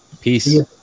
Peace